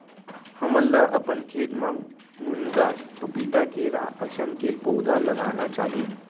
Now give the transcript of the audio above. हमन ल अपन खेत म मुनगा, पपीता, केरा असन के पउधा लगाना चाही